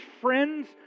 friends